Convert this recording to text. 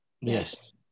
Yes